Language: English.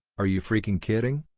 are you freaking kidding!